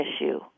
issue